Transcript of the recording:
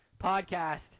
podcast